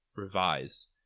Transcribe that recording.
revised